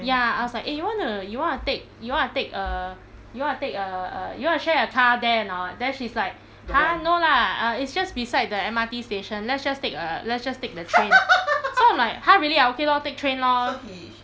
ya I was like eh you want to you wanna take you wanna take err you wanna take err err you want to share a car there or not then she's like !huh! no lah err it's just beside the M_R_T station let's just take uh let's just take the train so I'm like really ah okay lor take train lor